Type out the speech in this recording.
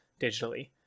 digitally